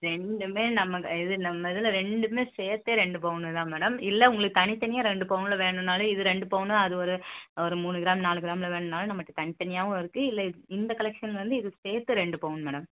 ரெண்டுமே நம்ம கை இது நம்ம இதில் ரெண்டுமே சேர்த்தே ரெண்டு பவுன் தான் மேடம் இல்லை உங்களுக்கு தனித்தனியாக ரெண்டு பவுனில் வேணுமுன்னாலும் இது ரெண்டு பவுன் அது ஒரு ஒரு மூணு கிராம் நாலு கிராமில் வேணுமுனாலும் நம்மகிட்ட தனித்தனியாகவும் இருக்குது இல்லை இத் இந்த கலெக்ஷனில் வந்து இது சேர்த்து ரெண்டு பவுன் மேடம்